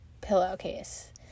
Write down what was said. pillowcase